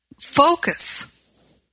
focus